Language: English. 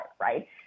right